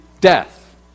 death